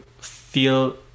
feel